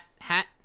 Hat